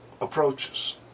approaches